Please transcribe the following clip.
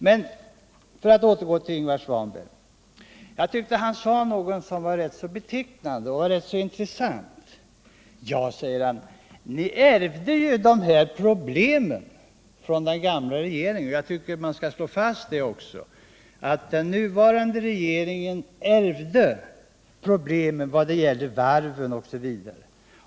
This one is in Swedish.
Men för att återgå till Ingvar Svanberg så tycker jag att han sade något som är rätt betecknande och rätt intressant, nämligen: Ni ärvde ju de här problemen från den gamla regeringen. Jag tycker man skall slå fast att den Näringspolitiken un Nr 138 nuvarande regeringen ärvde problemen också vad det gäller varven osv.